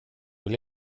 vill